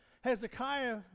Hezekiah